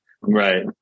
Right